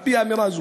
על-פי האמירה הזו.